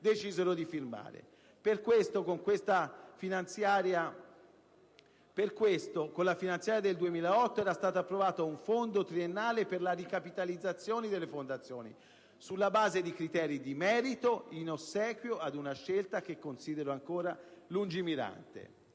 di firmare. Per questo, con la finanziaria 2008 era stato approvato un fondo triennale per la ricapitalizzazione delle fondazioni sulla base di criteri di merito, in ossequio ad una scelta che considero ancora lungimirante.